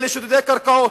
אלה שודדי הקרקעות.